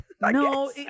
No